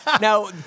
Now